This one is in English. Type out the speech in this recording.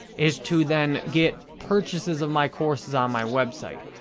is to then get purchases of my courses on my website.